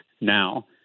now